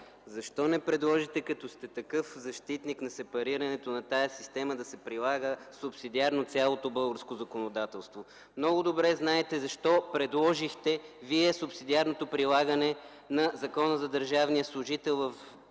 защо не предложите, като сте такъв защитник на сепарирането на тази система, да се прилага субсидиарно цялото българско законодателство? Много добре знаете защо предложихте вие субсидиарното прилагане на Закона за държавния служител по